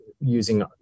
using